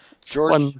George